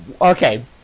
okay